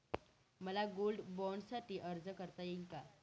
मला गोल्ड बाँडसाठी अर्ज करता येईल का?